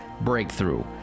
breakthrough